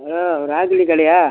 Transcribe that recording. hello Raghavi கடையா